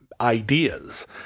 ideas